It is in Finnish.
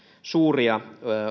suuria